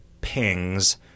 pings